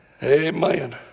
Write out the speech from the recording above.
Amen